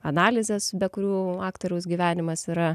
analizes be kurių aktoriaus gyvenimas yra